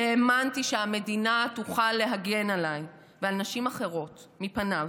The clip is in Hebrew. כי האמנתי שהמדינה תוכל להגן עליי ועל נשים אחרות מפניו.